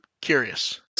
curious